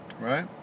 right